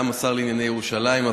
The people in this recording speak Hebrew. וגם השר לענייני ירושלים.